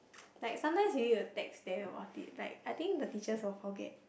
like sometimes you need to text them about it like I think the teachers will forget